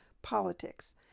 politics